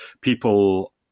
people